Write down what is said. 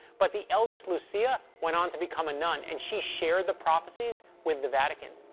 but the eldest, lucia, went on to become a nun, and she shared the prophecies with the vatican.